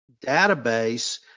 database